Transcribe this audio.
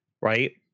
right